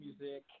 Music